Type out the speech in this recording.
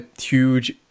huge